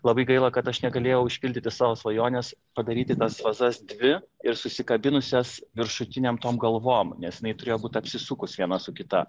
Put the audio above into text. labai gaila kad aš negalėjau išpildyti savo svajonės padaryti tas vazas dvi ir susikabinusias viršutinėm tom galvom nes jinai turėjo būt apsisukus viena su kita